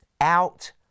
out